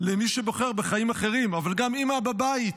למי שבוחר בחיים אחרים, אבל גם אימא בבית